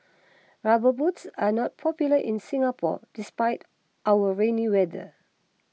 rubber boots are not popular in Singapore despite our rainy weather